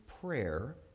prayer